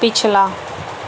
ਪਿਛਲਾ